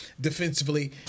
defensively